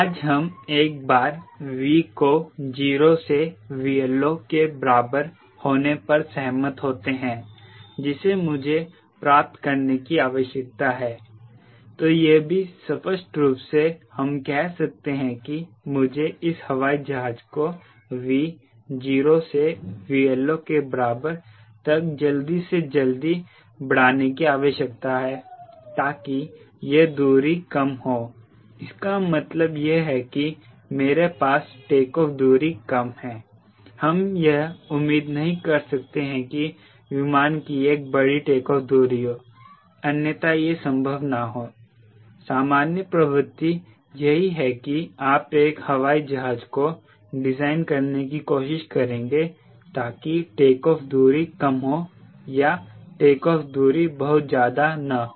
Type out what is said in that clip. आज हम एक बार V को 0 से 𝑉LO के बराबर होने पर सहमत होते हैं जिसे मुझे प्राप्त करने की आवश्यकता है तो यह भी स्पष्ट रूप से हम कहते हैं कि मुझे इस हवाई जहाज को V 0 से 𝑉LO के बराबर तक जल्दी से जल्दी बढ़ाने की आवश्यकता है ताकि यह दूरी कम हो इसका मतलब यह है कि मेरे पास टेकऑफ़ दूरी कम है हम यह उम्मीद नहीं कर सकते हैं कि विमान कि एक बड़ी टेकऑफ़ दूरी हो अन्यथा यह संभव न हो सामान्य प्रवृत्ति यह है कि आप एक हवाई जहाज को डिज़ाइन करने की कोशिश करेंगे ताकि टेकऑफ़ दूरी कम हो या टेकऑफ़ दूरी बहुत ज्यादा न हो